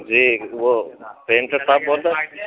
جی وہ پینٹر صاحب بول رہے ہیں